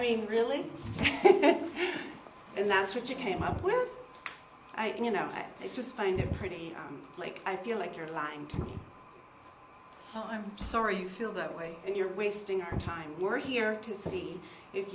mean really and that's what you came up with i mean you know i just find it pretty like i feel like you're lying to me i'm sorry you feel that way and you're wasting our time we're here to see if